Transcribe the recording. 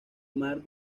mar